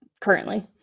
currently